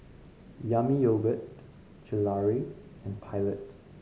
Yami Yogurt Gelare and Pilot